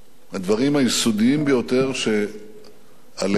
הדברים היסודיים ביותר שעליהם